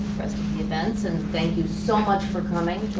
rest of the events, and thank you so much for coming